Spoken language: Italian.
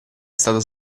stata